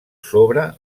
sobre